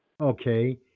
Okay